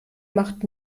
macht